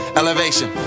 elevation